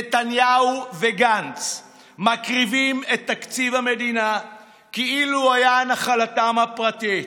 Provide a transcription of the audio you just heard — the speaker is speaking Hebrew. נתניהו וגנץ מקריבים את תקציב המדינה כאילו היה נחלתם הפרטית,